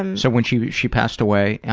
um so, when she she passed away,